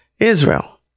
Israel